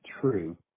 true